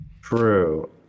True